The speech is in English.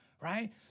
right